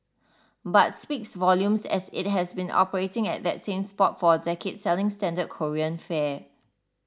but speaks volumes as it has been operating at that same spot for a decade selling standard Korean fare